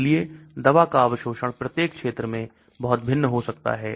इसलिए दवा का अवशोषण प्रत्येक क्षेत्र में बहुत भिन्न हो सकता है